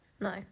No